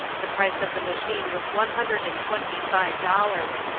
the price of the machine was one hundred and twenty-five dollars.